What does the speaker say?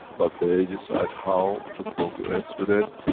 but they decide how to progress with it,